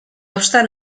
obstant